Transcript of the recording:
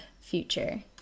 future